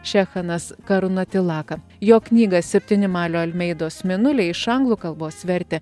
šechanas karunatilaka jo knygą septyni malio almeidos mėnuliai iš anglų kalbos vertė